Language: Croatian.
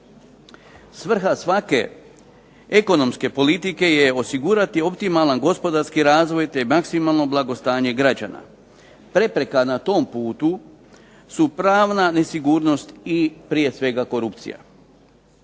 Svrha svake ekonomske politike je osigurati optimalan gospodarski razvoj, te maksimalno blagostanje građana. Prepreka na tom putu su pravna nesigurnost i prije svega korupcija.